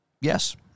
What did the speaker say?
Yes